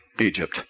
Egypt